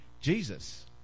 Jesus